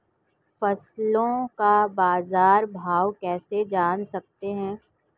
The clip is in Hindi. फसलों का बाज़ार भाव कैसे जान सकते हैं?